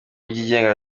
byigenga